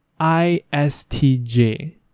ISTJ